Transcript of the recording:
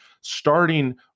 starting